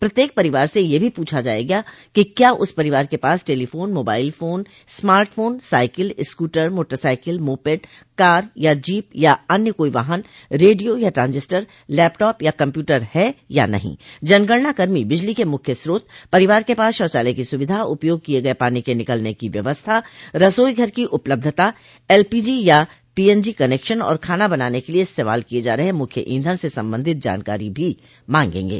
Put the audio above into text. प्रत्येक परिवार से यह भी पूछा जाएगा कि क्या उस परिवार के पास telephone mobile phone smart phone cycle scooter motorcycle moped car या जीप या अन्य कोई वाहन रेडियो या ट्रांजिस्टर लैपटॉप या कम्प्यूटर है या नहीं जनगणना कर्मी बिजली के मुख्य स्रोत परिवार के पास शौचालय की सुविधा उपयोग किये गये पानी के निकलने की व्यवस्था रसोईघर की उपलब्धता एलपीजी या पीएनजी कनेक्शन और खाना बनाने के लिए इस्तेमाल किए जा रहे मुख्य ईंधन से संबंधित जानकारी भी मागेंगे